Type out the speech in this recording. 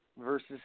versus